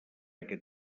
aquest